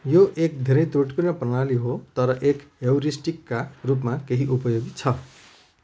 यो एक धेरै त्रुटिपूर्ण प्रणाली हो तर एक हेउरिस्टिकका रूपमा केही उपयोगी छ